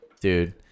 Dude